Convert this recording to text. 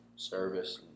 Service